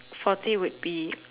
forty would be